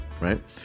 right